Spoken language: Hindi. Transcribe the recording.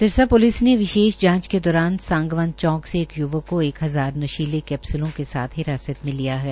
सिरसा पुलिस ने विशेष जांच के दौरान सांगवान चौक से एक युवक को एक हजार नशीले कैप्सूलों के साथ हिरासत में लिया है